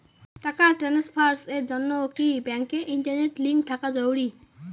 টাকা ট্রানস্ফারস এর জন্য কি ব্যাংকে ইন্টারনেট লিংঙ্ক থাকা জরুরি?